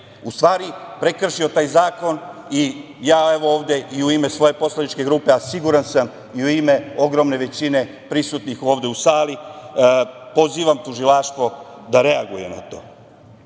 u stvari prekršio taj zakon. Ja, evo, ovde i u ime svoje poslaničke grupe, a siguran sam i u ime ogromne većine prisutnih ovde u sali, pozivam Tužilaštvo da reaguje na to. On